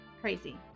crazy